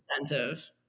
incentive